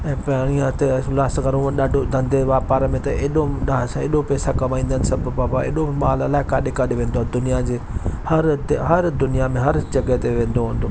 ऐं पाणीअ हिते उल्हासनगर में ॾाढो धंदे व्यापार में त ऐॾो ऐॾो पैसो कमाईंदा आहिनि सभु बाबा ऐॾो माल अलाए काॾे काॾे वेंदो आहे दुनिया जे हर दु हर दुनिया में हर जॻहि ते वेंदो हूंदो